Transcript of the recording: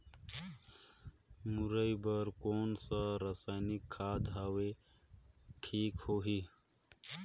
मुरई बार कोन सा रसायनिक खाद हवे ठीक होही?